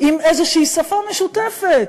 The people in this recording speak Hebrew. עם איזושהי שפה משותפת.